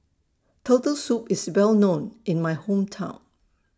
Turtle Soup IS Well known in My Hometown